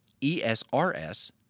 ESRS